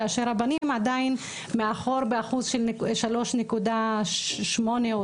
כאשר הבנים עדיין מאחור ב-3.8% 3.9%,